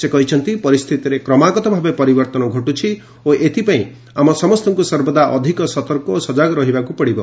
ସେ କହିଛନ୍ତି ପରିସ୍ଥିତିରେ କ୍ରମାଗତ ଭାବେ ପରିବର୍ତ୍ତନ ଘଟୁଛି ଓ ଏଥିପାଇଁ ଆମ ସମସ୍ତଙ୍କୁ ସର୍ବଦା ଅଧିକ ସତର୍କ ଓ ସଜାଗ ରହିବାକୁ ପଡ଼ିବ